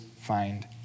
find